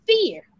fear